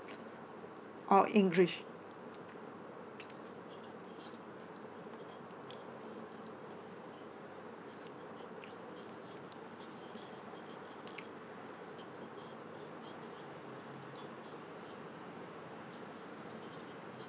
or english